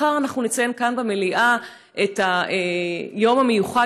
מחר אנחנו נציין כאן במליאה את היום המיוחד